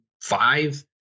five